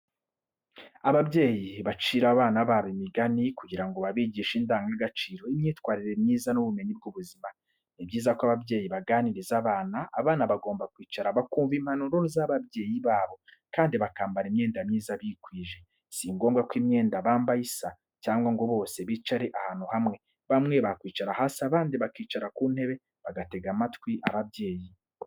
Ababyeyi bacira abana babo imigani kugira ngo babigishe indangagaciro, imyitwarire myiza, n’ubumenyi bw’ubuzima. Ni byiza ko ababyeyi baganiriza abana. Abana bagomba kwicara bakumva impanuro z'ababyeyi babo kandi bakambara imyenda myiza bikwije. Si ngombwa ko imyenda bambaye isa, cyangwa ngo bose bicare ahantu hamwe. Bamwe bakwicara hasi abandi bakicara ku ntebe, bagatega amatwi ababyeyi.